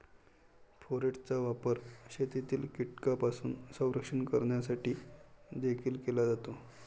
फोरेटचा वापर शेतातील कीटकांपासून संरक्षण करण्यासाठी देखील केला जातो